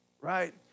right